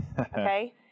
Okay